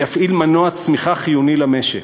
ויפעיל מנוע צמיחה חיוני למשק.